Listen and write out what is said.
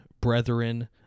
brethren